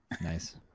Nice